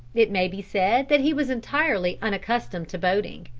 it may be said that he was entirely unaccustomed to boating.